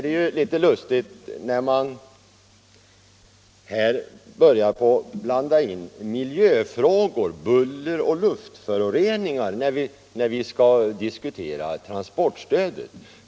Det är lustigt att man börjar blanda in miljöfrågor — buller och luftföroreningar — när vi skall diskutera transportstödet.